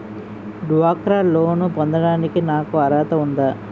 డ్వాక్రా లోన్ పొందటానికి నాకు అర్హత ఉందా?